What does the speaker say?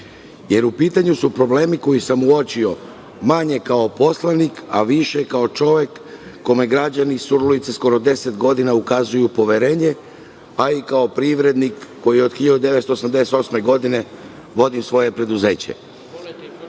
pitanju su problemi koje sam uočio, manje kao poslanik, a više kao čovek kome građani sa ulice skoro deset godina ukazuju poverenje, a i kao privrednik koji od 1988. godine vodi svoje preduzeće.